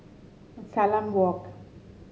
Salam Walk